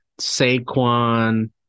Saquon